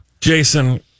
Jason